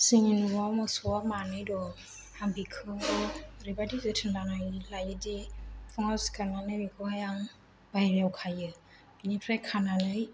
जोंनि न'आव मोसौया मानै दं आं बिखौ ओरैबायदि जोथोन लायोदि फुङाव सिखारनानै बेखौहाय आं बायह्रायाव खायो बेनिफ्राय खानानै